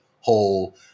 whole